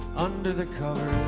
under the covers